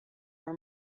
are